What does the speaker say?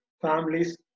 families